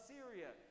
Syria